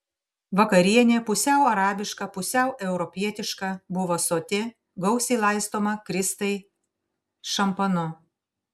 vakarienė pusiau arabiška pusiau europietiška buvo soti gausiai laistoma kristai šampanu